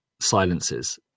silences